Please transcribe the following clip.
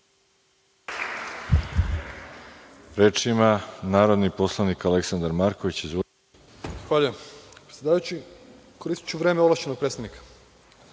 Hvala.